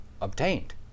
obtained